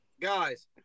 Guys